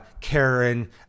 karen